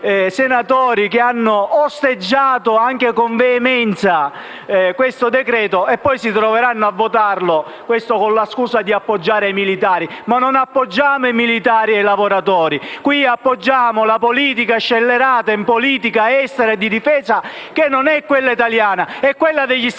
che hanno osteggiato, anche con veemenza, questo decreto-legge e che poi si troveranno a votarlo, con la scusa di appoggiare i militari. Ma qui non appoggiamo i militari e i lavoratori, appoggiamo le scelte scellerate di una politica estera e di difesa che non è quella italiana, è quella degli Stati Uniti